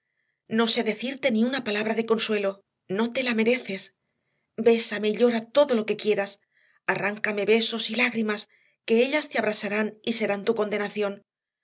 no sé decirte ni una palabra de consuelo no te la mereces bésame y llora todo lo que quieras arráncame besos y lágrimas que ellas te abrasarán y serán tu condenación